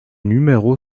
numéro